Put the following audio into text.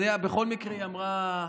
יואב,